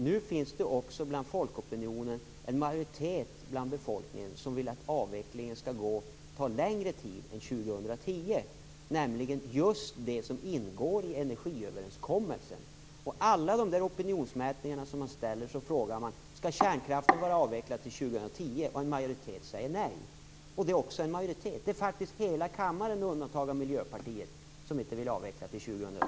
Nu finns det också i folkopinionen en majoritet som vill att avvecklingen skall ta längre tid än till år 2010, nämligen just den tid som ingår i energiöverenskommelsen. I en mängd opinionsmätningar ställs frågan om kärnkraften skall vara avvecklad till år 2010, och en majoritet säger nej. Här i riksdagen är det faktiskt hela kammaren med undantag av